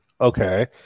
Okay